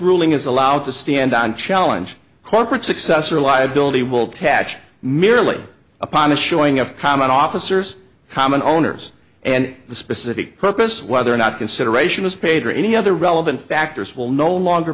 ruling is allowed to stand on challenge corporate successor liability will tach merely upon the showing of common officers common owners and the specific purpose whether or not consideration is paid or any other relevant factors will no longer